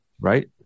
right